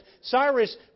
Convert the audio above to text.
Cyrus